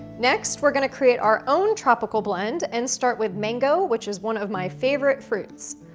next we're gonna create our own tropical blend and start with mango, which is one of my favorite fruits.